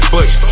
Bush